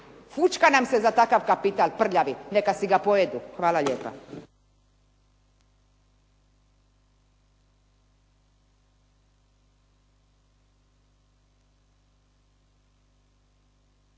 Fučka nam se takav kapital prljavi. Neka si ga pojedu. Hvala lijepa.